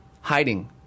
hiding